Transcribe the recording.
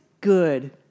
good